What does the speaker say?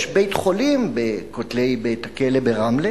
יש בית-חולים בין כותלי בית-הכלא ברמלה,